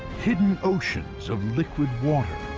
hidden oceans of liquid water